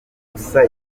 musa